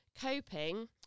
coping